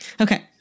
Okay